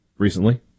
recently